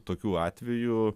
tokių atvejų